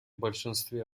большинстве